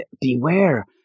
beware